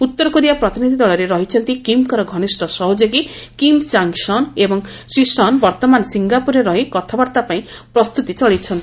ଉତ୍ତରକୋରିଆ ପ୍ରତିନିଧି ଦଳରେ ରହିଛନ୍ତି କିମ୍ଙ୍କର ଘନିଷ୍ଠ ସହଯୋଗୀ କିମ୍ ଚାଙ୍ଗ୍ ସନ୍ ଏବଂ ଶ୍ରୀ ସନ୍ ବର୍ତ୍ତମାନ ସିଙ୍ଗାପୁରରେ ରହି କଥାବାର୍ତ୍ତା ପାଇଁ ପ୍ରସ୍ତୁତି ଚଳେଇଛନ୍ତି